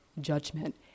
judgment